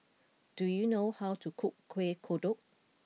do you know how to cook Kueh Kodok